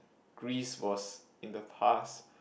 Greece was in the past